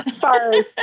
Sorry